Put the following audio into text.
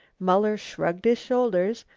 muller shrugged his shoulders,